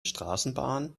straßenbahn